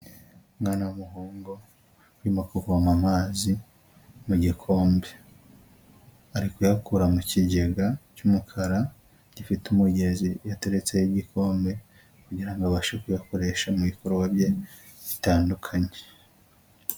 Umwana w'umuhungu urimo kuvoma amazi mu gikombe, ari kuyakura mu kigega cy'umukara gifite umugezi yateretseho igikombe, kugira ngo abashe kuyakoresha mu bikorwa bye bitandukanye.